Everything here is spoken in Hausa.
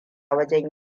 wajen